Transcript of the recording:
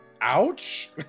Ouch